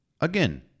Again